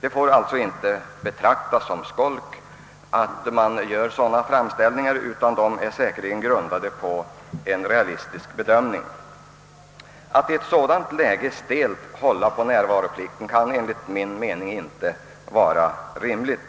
Dessa framställningar är säkerligen grundade på en realistisk bedömning. Att i ett sådant läge hålla på närvaroplikten kan enligt min mening inte vara rimligt.